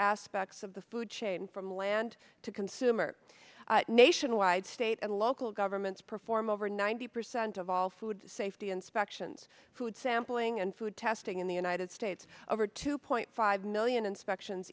aspects of the food chain from land to consumer nationwide state and local governments perform over ninety percent of all food safety inspections food sampling and food testing in the united states over two point five million inspections